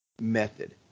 method